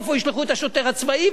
לאיפה ישלחו את השוטר הצבאי,